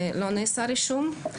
לא נעשה רישום.